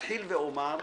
אתחיל ואומר,